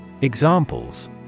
Examples